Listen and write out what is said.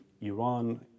Iran